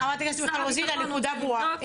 שר הביטחון --- הנקודה ברורה,